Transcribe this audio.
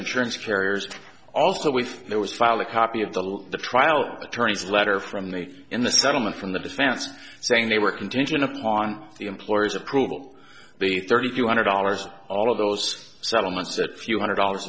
insurance carriers also with their was file a copy of the little the trial attorneys letter from me in the settlement from the defense saying they were contingent upon the employer's approval be thirty three hundred dollars all of those settlements a few hundred dollars